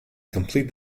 complete